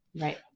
Right